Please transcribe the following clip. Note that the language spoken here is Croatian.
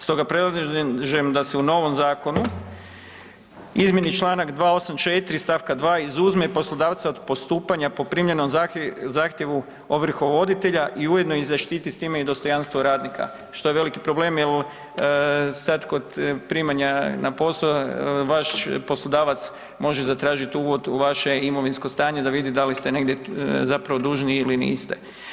Stoga predlažem da se u novom zakonu izmijeni čl. 284. stavka 2. i izuzme poslodavca od postupanja po primljenom zahtjevu ovrhovoditelja i ujedno i zaštiti s time i dostojanstvo radnika što je veliki problem jer sad kod primanja na posao, vaš poslodavac može zatražiti uvod u vaše imovinsko stanje da vidi da li ste negdje zapravo dužni ili niste.